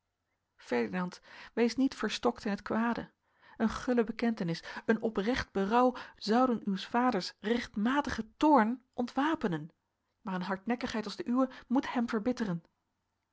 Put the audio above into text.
ferdinand wees niet verstokt in het kwade een gulle bekentenis een oprecht berouw zouden uws vaders rechtmatigen toorn ontwapenen maar een hardnekkigheid als de uwe moet hem verbitteren